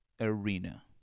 arena